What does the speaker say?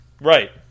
Right